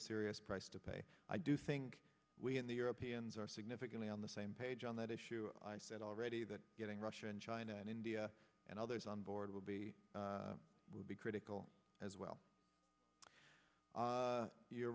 a serious price to pay i do think we in the europeans are significantly on the same page on that issue i said already that getting russia and china and india and others on board will be will be critical as well you're